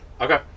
Okay